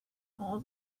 all